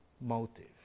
motive